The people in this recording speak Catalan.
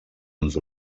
uns